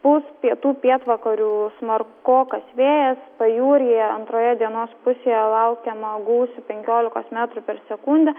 pūs pietų pietvakarių smarkokas vėjas pajūryje antroje dienos pusėje laukiama gūsių penkiolikos metrų per sekundę